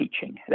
teaching